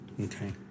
Okay